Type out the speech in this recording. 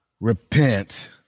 repent